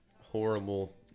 horrible